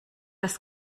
das